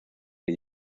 que